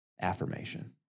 affirmation